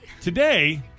Today